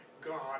God